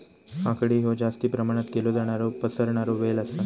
काकडी हयो जास्ती प्रमाणात केलो जाणारो पसरणारो वेल आसा